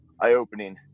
eye-opening